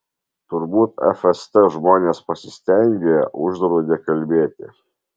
turbūt fst žmonės pasistengė uždraudė kalbėti